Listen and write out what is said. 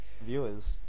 viewers